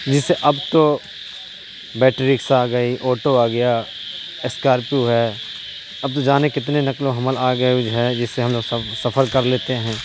جس سے اب تو بیٹری رکشہ آ گئی آٹو آ گیا اسکارپیو ہے اب تو جانے کتنے نقل و حمل آ گئے جو ہے جس سے ہم لوگ سفر کر لیتے ہیں